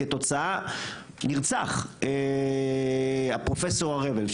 כתוצאה מכך נרצח פרופ' הר אבן.